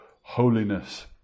holiness